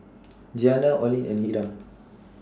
Jeanna Olene and Hiram